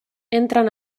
entren